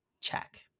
check